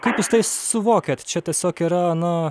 kaip jūs tai suvokiat čia tiesiog yra na